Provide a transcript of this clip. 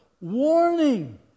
Warning